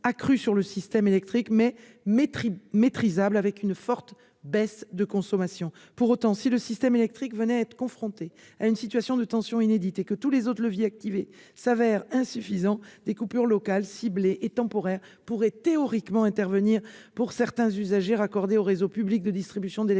accru sur le système électrique, mais maîtrisable, une forte baisse de consommation. Pour autant, si le système électrique venait à être confronté à une situation de tension inédite et si tous les autres leviers activés se révélaient insuffisants, des coupures locales, ciblées et temporaires pourraient théoriquement intervenir pour certains usagers raccordés aux réseaux publics de distribution d'électricité.